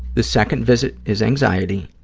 the second visit is anxiety.